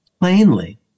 plainly